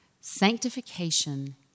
Sanctification